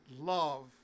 love